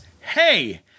hey